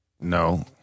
No